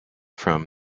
from